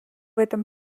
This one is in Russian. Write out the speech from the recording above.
этом